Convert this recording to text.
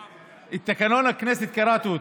את תקנון הכנסת, קראתי אותו,